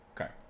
Okay